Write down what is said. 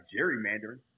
gerrymandering